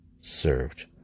served